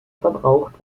verbraucht